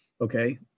okay